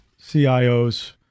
CIOs